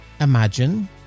imagine